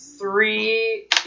three